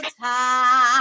time